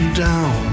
down